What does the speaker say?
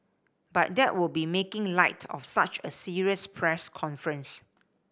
but that would be making light of such a serious press conference